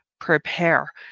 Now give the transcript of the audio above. prepare